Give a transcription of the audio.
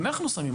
אנחנו שמים,